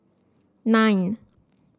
nine